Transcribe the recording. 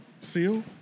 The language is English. Seal